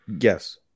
Yes